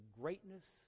greatness